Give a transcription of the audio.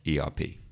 ERP